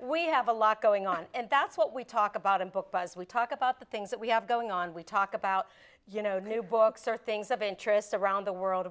we have a lot going on and that's what we talk about in book because we talk about the things that we have going on we talk about you know new books or things of interest around the world or